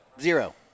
Zero